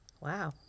Wow